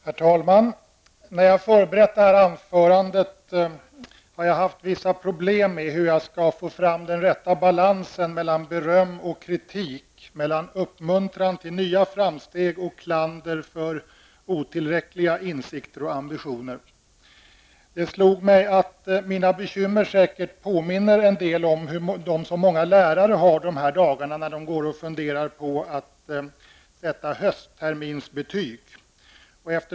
Herr talman! När jag förberedde mig inför detta anförande hade jag vissa problem med hur jag skulle få fram den rätta balansen mellan beröm och kritik och mellan uppmuntran till nya framsteg och klander för otillräckliga insikter och ambitioner. Det slog mig att mina bekymmer säkert påminner en del om dem som många lärare har dessa dagar när de går och funderar på de höstterminsbetyg som skall sättas.